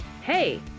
Hey